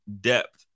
depth